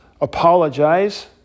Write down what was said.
apologize